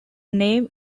name